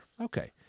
Okay